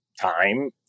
time